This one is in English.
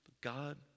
God